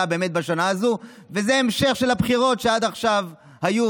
באמת בשנה הזו וזה המשך של הבחירות שעד עכשיו היו,